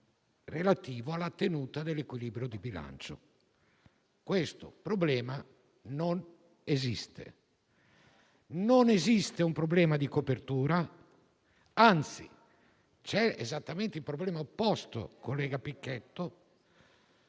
relativo alla tenuta dell'equilibrio di bilancio. Questo problema non esiste. Non esiste un problema di copertura. Anzi, c'è esattamente il problema opposto, collega Pichetto